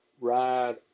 ride